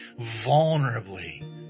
vulnerably